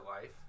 life